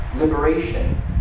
liberation